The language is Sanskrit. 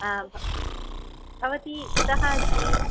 भवती कुतः अस्ति